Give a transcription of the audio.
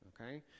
Okay